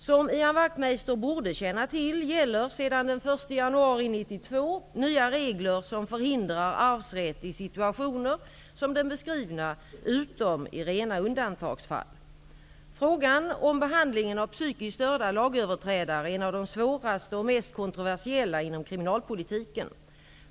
Som Ian Wachtmeister borde känna till gäller sedan den 1 januari 1992 nya regler som förhindrar arvsrätt i situationer som den beskrivna utom i rena undantagsfall. Frågan om behandlingen av psykiskt störda lagöverträdare är en av de svåraste och mest kontroversiella inom kriminalpolitiken.